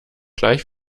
gleich